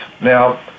Now